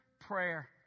prayer